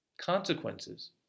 Consequences